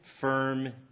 firm